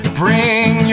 bring